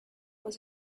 was